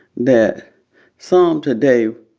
that some today,